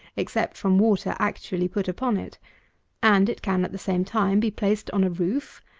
except from water actually put upon it and it can, at the same time, be placed on a roof,